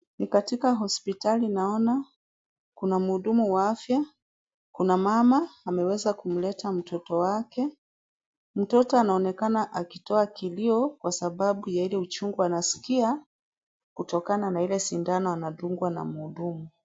Ni katika hospitali naona kuna mhudumu wa afya, kuna mama ameweza kumleta mtoto wake. Mtoto anaonekana akitoa kilio kwa sababu ya ile uchungu anasika kutokana na Ile sindano anadungwa na mhudumu.